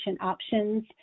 options